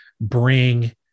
bring